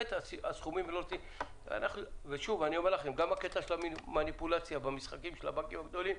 אני אומר לכם שגם בקטע של המניפולציה והמשחקים של הבנקים הגדולים,